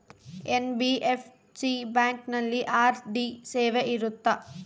NBFC ಬ್ಯಾಂಕಿನಲ್ಲಿ RD ಸೇವೆ ಇರುತ್ತಾ?